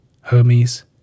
Hermes